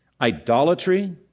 idolatry